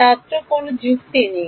ছাত্র যুক্তি নেই